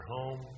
home